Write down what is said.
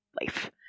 life